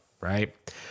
right